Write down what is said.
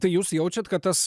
tai jūs jaučiat kad tas